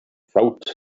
ffawt